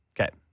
Okay